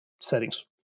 settings